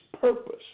purpose